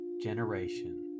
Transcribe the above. generation